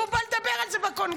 והוא בא לדבר על זה בקונגרס,